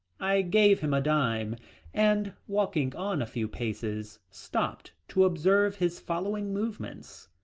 i gave him a dime and walking on a few paces stopped to observe his following movements.